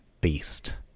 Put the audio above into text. beast